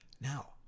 Now